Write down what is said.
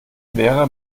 wäre